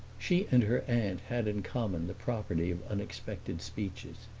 she and her aunt had in common the property of unexpected speeches.